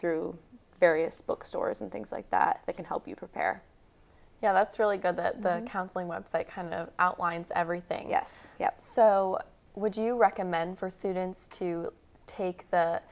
through various bookstores and things like that that can help you prepare you know that's really good that the counseling web site kind of outlines everything yes yep so would you recommend for students to take the